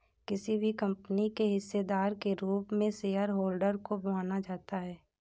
किसी भी कम्पनी के हिस्सेदार के रूप में शेयरहोल्डर को माना जाता है